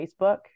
Facebook